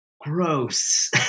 gross